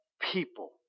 people